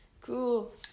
Cool